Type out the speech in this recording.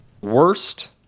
worst